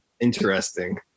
interesting